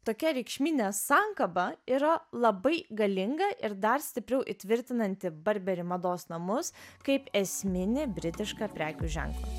tokia reikšminė sankaba yra labai galinga ir dar stipriau įtvirtinanti burberry mados namus kaip esminį britišką prekių ženklą